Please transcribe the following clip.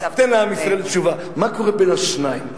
תן לעם ישראל תשובה, מה קורה בין השניים?